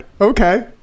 Okay